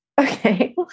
Okay